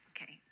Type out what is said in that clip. Okay